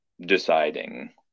deciding